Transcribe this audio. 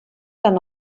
tant